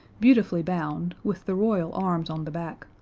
beautifully bound, with the royal arms on the back.